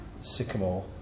sycamore